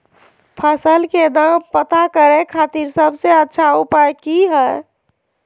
फसल के दाम पता करे खातिर सबसे अच्छा उपाय की हय?